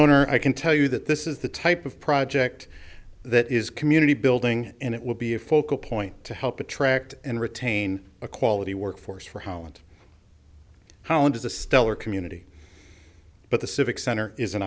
owner i can tell you that this is the type of project that is community building and it will be a focal point to help attract and retain a quality workforce for holland holland is a stellar community but the civic center is an